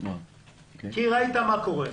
כי ראית מה קורה.